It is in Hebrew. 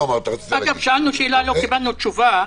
אגב, שאלנו שאלה, לא קיבלנו תשובה.